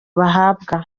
bahabwa